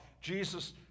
Jesus